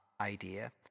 idea